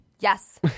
Yes